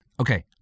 Okay